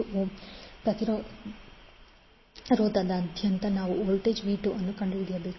1 ohm ಪ್ರತಿರೋಧದಾದ್ಯಂತ ನಾವು voltage V2 ಅನ್ನು ಕಂಡುಹಿಡಿಯಬೇಕು